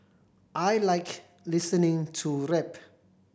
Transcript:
I like listening to rap